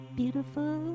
beautiful